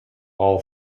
all